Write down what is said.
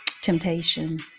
Temptation